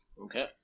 Okay